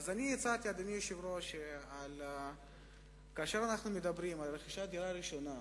אני הצעתי שכאשר אנו מדברים על רכישת דירה ראשונה,